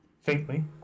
Faintly